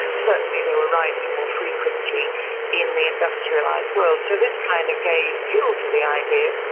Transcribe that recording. certainly they were rising more frequently in the industrialised world. so this kind of gave fuel to the idea.